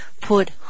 put